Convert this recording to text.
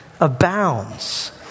abounds